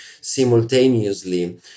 simultaneously